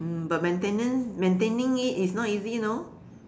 um but maintenance maintaining it is not easy you know